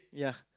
yeah